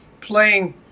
playing